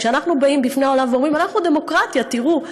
כשאנחנו באים בפני העולם: אנחנו דמוקרטיה, תראו.